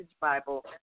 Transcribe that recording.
Bible